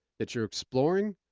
that you're exploring?